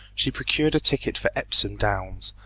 she procured a ticket for epsom downs,